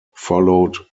followed